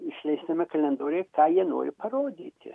išleistame kalendoriuje ką jie nori parodyti